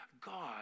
God